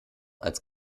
als